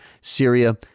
Syria